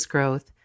Growth